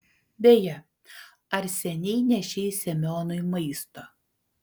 beje ar seniai nešei semionui maisto